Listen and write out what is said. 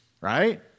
right